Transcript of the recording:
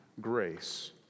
grace